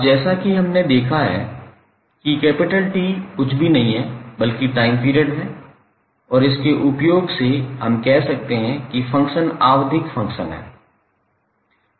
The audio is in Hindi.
अब जैसा कि हमने देखा है कि T कुछ भी नहीं है बल्कि टाइम पीरियड है और इसके उपयोग से हम कह सकते हैं कि फ़ंक्शन आवधिक फ़ंक्शन है